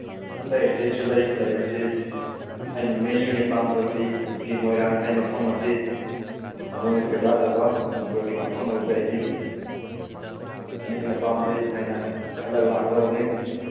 ꯑꯇꯩ ꯑꯇꯩꯁꯨ ꯂꯩ ꯂꯩꯕꯁꯤ ꯑꯩꯅ ꯃꯦꯜꯂꯤ ꯑꯣꯏꯅ ꯄꯥꯝꯖꯕꯗꯤ ꯍꯧꯖꯤꯛꯀꯤ ꯃꯣꯏꯔꯥꯡ ꯍꯥꯏꯔꯤꯕ ꯃꯐꯝ ꯑꯁꯤ ꯊꯃꯣꯏꯅ ꯈꯣꯏꯗꯥꯖꯕ ꯃꯅꯤꯄꯨꯔꯒꯤ ꯃꯐꯝ ꯑꯗꯨꯗꯩꯗꯤ ꯑꯗꯨꯅ ꯍꯦꯟꯅ ꯄꯥꯝꯖꯩ ꯍꯥꯏꯅ ꯈꯜꯂꯒ ꯂꯥꯛꯆꯕꯅꯤ